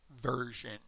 version